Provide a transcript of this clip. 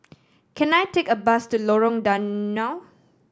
can I take a bus to Lorong Danau